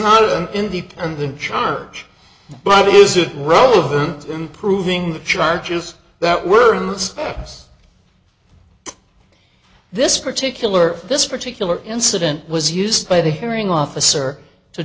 not an independent charge but is it relevant in proving the charges that were in the status this particular this particular incident was used by the hearing officer to